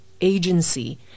agency